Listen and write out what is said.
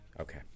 Okay